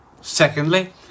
Secondly